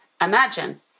imagine